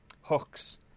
Hooks